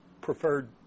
preferred